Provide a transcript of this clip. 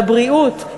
לבריאות,